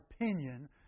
opinion